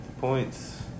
points